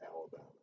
Alabama